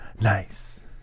Nice